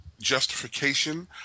justification